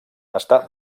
està